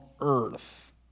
earth